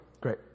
great